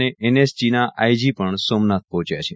અને એનએસજીના આઈજી પણ સોમનાથ પહોંચ્યા છે